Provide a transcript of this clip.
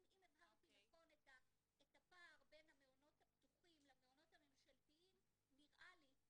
אם הבהרתי נכון את הפער בין המעונות הפתוחים למעונות הממשלתיים נראה לי,